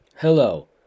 Hello